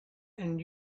and